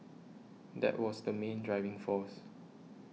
that was the main driving force